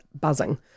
buzzing